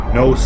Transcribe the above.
no